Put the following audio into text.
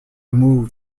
moved